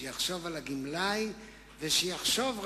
שיחשב על הגמלאי ושיחשוב,